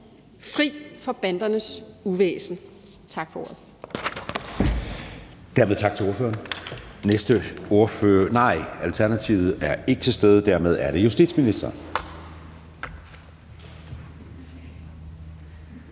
fri for bandernes uvæsen. Tak for ordet.